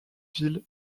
ville